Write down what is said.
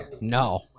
No